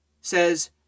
says